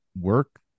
work